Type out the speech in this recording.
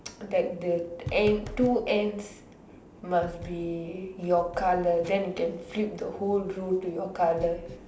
like the end two ends must be your colour then you can flip the whole row to your colour